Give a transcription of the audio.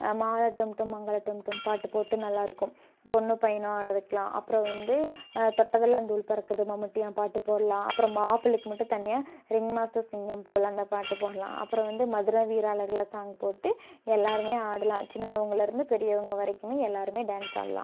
மாலை டும் டும் மங்கள டும் டும் பாட்டு போட்டு நல்லா இருக்கும் பொண்ணும் பையனும் ஆட வைக்கலாம் அப்புறம் வந்து தொட்டதெல்லாம் தூள் பறக்குது மம்முட்டியான் பாட்டு போடலாம் அப்புறம் மாப்பிள்ளைக்கு மட்டும் தனியாக ரிங் மாஸ்டர் சிங்கம் போல் அந்த பாட்டு போடலாம் அப்புறம் வந்து மதுரை வீர அழகில் சாங்க் போட்டு எல்லாருமே ஆடலாம் சின்னவங்கள்லருந்து பெரியவங்க வரைக்குமே எல்லாருமே டான்ஸ் ஆடலாம்